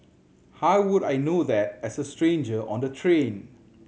how would I know that as a stranger on the train